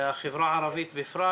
בחברה הערבית בפרט,